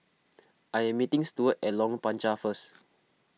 I am meeting Steward at Lorong Panchar first